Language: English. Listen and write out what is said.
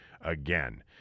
again